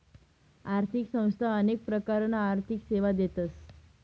आर्थिक संस्था अनेक प्रकारना आर्थिक सेवा देतस